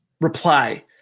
reply